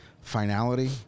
finality